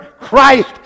Christ